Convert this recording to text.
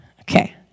Okay